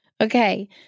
Okay